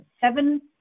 Seven